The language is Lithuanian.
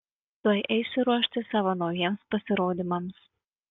tuoj eisiu ruoštis savo naujiems pasirodymams